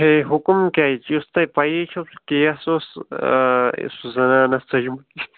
ہے حُکُم کیٛازِ چھِ یُس تۄہہِ پَیی چھو سُہ کیس اوس سۄ زنان ٲسۍ ژٔجمٕژ